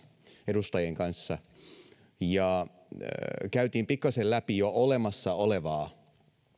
edustajien kanssa ja käytiin pikkasen läpi jo olemassa olevaa